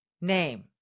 name